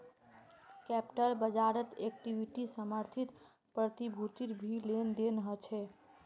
capital बाज़ारत equity समर्थित प्रतिभूतिर भी लेन देन ह छे